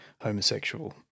homosexual